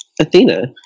Athena